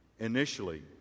Initially